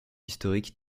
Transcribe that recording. historique